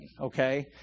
okay